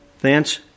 thence